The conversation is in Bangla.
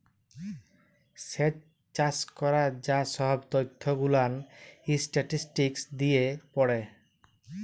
স্যেচ চাষ ক্যরার যা সহব ত্যথ গুলান ইসট্যাটিসটিকস দিয়ে পড়ে